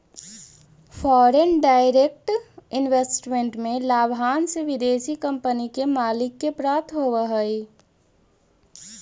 foreign direct investment में लाभांश विदेशी कंपनी के मालिक के प्राप्त होवऽ हई